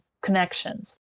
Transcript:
connections